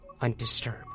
undisturbed